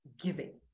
giving